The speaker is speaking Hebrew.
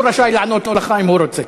הוא רשאי לענות לך אם הוא רוצה.